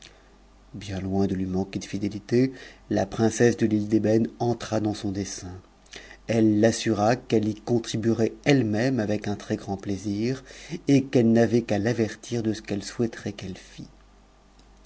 bien de lui manquer de fidélité la princesse de l'île d'ébène entra dans dessein elle l'assura qu'eue y contribuerait elle-même avec un s gt and plaisir et qu'elle n'avait qu'a l'avertir de ce qu'elle souhai't qu'elle